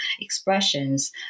expressions